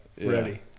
Ready